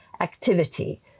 activity